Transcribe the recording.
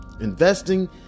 Investing